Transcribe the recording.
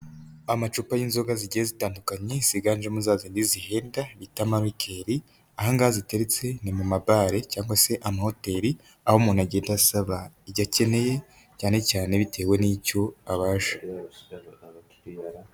Amacupa y'inzoga zigiye zitandukanye ziganjemo za zindi zihenze bita marikeri, ahangaha ziteretse ni mu ma bare cyangwa se amahoteli, aho umuntu agenda asaba iryo akeneye cyane cyane bitewe n'icyo abasha.